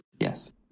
Yes